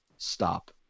stop